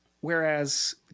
Whereas